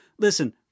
listen